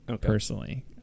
personally